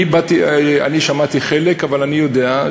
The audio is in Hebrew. אני שמעתי חלק, אבל אני יודע,